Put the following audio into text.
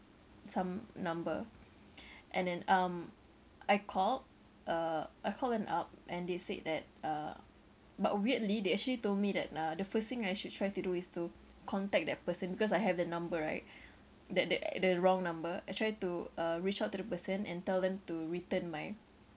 some number and then um I called uh I called them up and they said that uh but weirdly they actually told me that uh the first thing I should try to do is to contact that person because I have the number right that the the wrong number I try to uh reach out to the person and tell them to return my